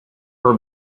were